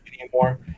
anymore